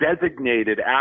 designated